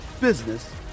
business